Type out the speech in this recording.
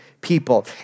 people